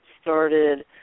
started